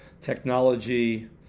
technology